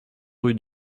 rue